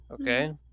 okay